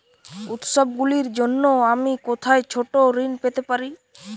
উত্সবগুলির জন্য আমি কোথায় ছোট ঋণ পেতে পারি?